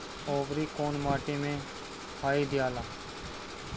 औवरी कौन माटी मे डाई दियाला?